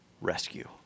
rescue